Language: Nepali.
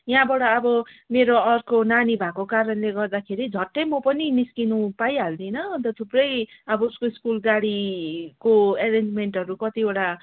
यहाँबाट अब मेरो अर्को नानी भएको कारणले गर्दाखेरि झट्टै म पनि निस्किनु पाइहाल्दिनँ अन्त थुप्रै अब उसको स्कुल गाडीको एरेन्जमेन्टहरू कतिवटा